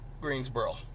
Greensboro